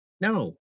No